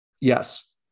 Yes